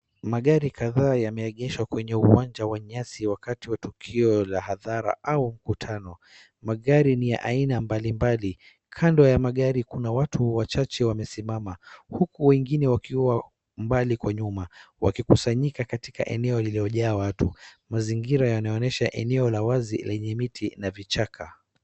Magari kadhaa yameegeshwa kwenye uwanja wa nyasi wakati wa tukio la hadhara au mkutano. Magari ni ya aina mbalimbali. Kando ya magari kuna watu wachache wamesimama huku wengine wakiwa mbali kwa nyuma, wakikusanyika katika eneo lililojaa watu. Mazingira yanaonyesha eneo la wazi lenye miti na vichaka.